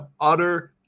utter